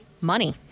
money